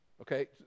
Okay